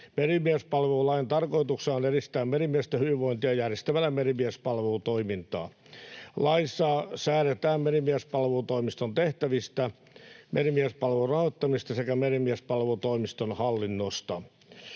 Merimiespalvelulain tarkoituksena on edistää merimiesten hyvinvointia järjestämällä merimiespalvelutoimintaa. Laissa säädetään Merimiespalvelutoimiston tehtävistä, merimiespalvelun rahoittamisesta sekä Merimiespalvelutoimiston hallinnosta.